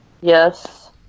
Yes